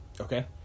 Okay